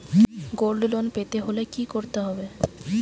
Gold loan পেতে হলে কি করতে হবে?